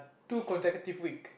two consecutive week